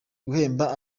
guhemba